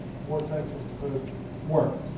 more sanctions could work.